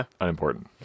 unimportant